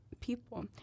people